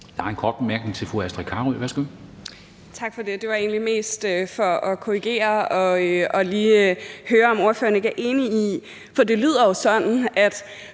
Der er en kort bemærkning til fru Astrid Carøe. Værsgo. Kl. 10:41 Astrid Carøe (SF): Tak for det. Det var egentlig mest for at korrigere og lige høre ordføreren, om han ikke er enig i, for det lyder jo sådan, at